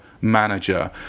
manager